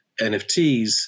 NFTs